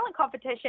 competition